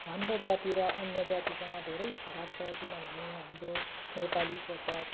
हाम्रो जाति र अन्य जातिसँग धेरै फरक छ किनभने हाम्रो नेपाली पोसाक